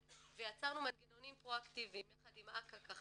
ויצרנו מנגנונים פרו אקטיביים יחד עם אגף כח